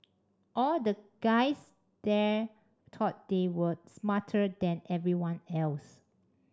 all the guys there thought they were smarter than everyone else